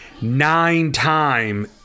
nine-time